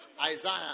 Isaiah